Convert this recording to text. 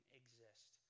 exist